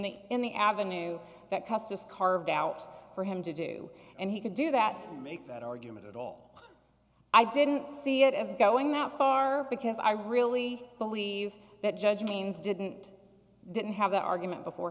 the in the avenue that custis carved out for him to do and he could do that make that argument at all i didn't see it as going that far because i really believe that judge means didn't didn't have the argument before